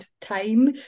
time